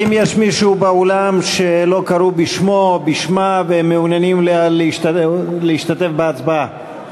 האם יש באולם מישהו שלא קראו בשמו או בשמה והם מעוניינים להשתתף בהצבעה?